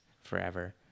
forever